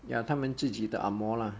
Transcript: ya 他们自己的 ang moh lah